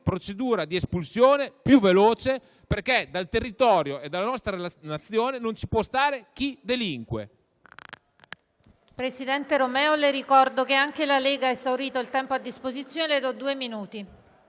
procedura di espulsione più veloce, perché nel territorio della nostra Nazione non ci può stare chi delinque.